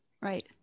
Right